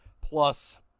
plus